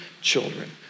children